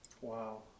Wow